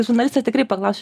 žurnalistas tikrai paklauš